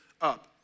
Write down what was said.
up